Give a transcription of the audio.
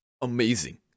amazing